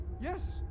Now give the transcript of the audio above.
Yes